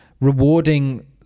rewarding